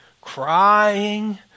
crying